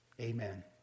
Amen